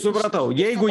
supratau jeigu